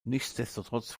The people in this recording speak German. nichtsdestotrotz